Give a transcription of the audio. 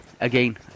again